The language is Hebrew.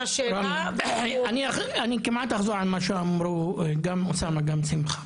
אני כמעט אחזור על מה שאמרו גם אוסאמה, גם שמחה.